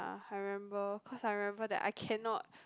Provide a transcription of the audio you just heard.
I remember cause I remember that I cannot